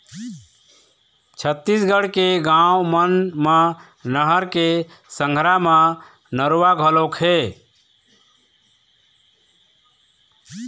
छत्तीसगढ़ के गाँव मन म नहर के संघरा म नरूवा घलोक हे